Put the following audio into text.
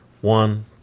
one